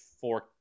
four